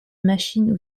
machines